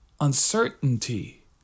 uncertainty